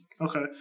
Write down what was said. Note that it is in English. Okay